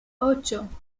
ocho